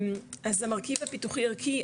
אז המרכיב הפיתוח ערכי,